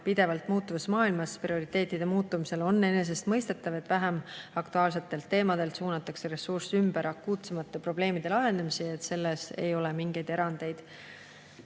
pidevalt muutuvas maailmas, on prioriteetide muutumisel enesestmõistetav, et vähem aktuaalsetelt teemadelt suunatakse ressurss ümber akuutsemate probleemide lahendamisse, ja selles ei ole mingeid erandeid. Neljas